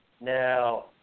Now